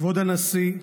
כבוד הנשיא,